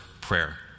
Prayer